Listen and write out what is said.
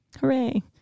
Hooray